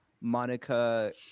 Monica